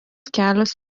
kelios